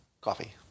coffee